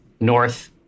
north